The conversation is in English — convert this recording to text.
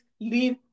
leave